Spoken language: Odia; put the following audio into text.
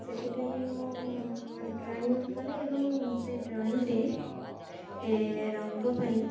ସେଥିପାଇଁ ମୁଁ ଡ୍ରଇଂ କରେ ଏବଂ ସେ ଡ୍ରଇଂରେ ରଙ୍ଗ ପାଇଁ